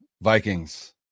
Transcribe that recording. Vikings